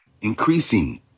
increasing